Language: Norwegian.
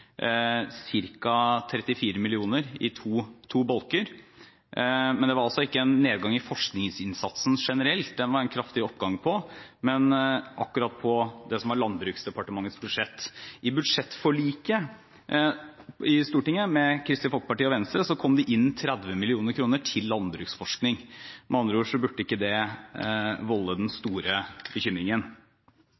ca. 34 mill. kr i to bolker. Det var altså ikke en nedgang i forskningsinnsatsen generelt – her var det en kraftig oppgang – men i den forskningsinnsatsen som lå under Landbruksdepartementets budsjett. I budsjettforliket med Kristelig Folkeparti og Venstre i Stortinget ble det 30 mill. kr til landbruksforskning. Dette burde med andre ord ikke volde den